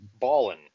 ballin